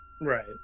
Right